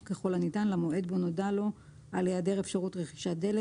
ככל הניתן למועד בו נודע לו על היעדר אפשרות רכישת דלק